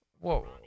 whoa